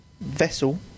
Vessel